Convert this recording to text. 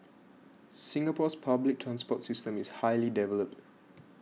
Singapore's public transport system is highly developed